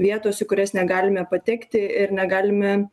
vietos į kurias negalime patekti ir negalime